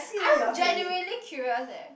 I'm genuinely curious eh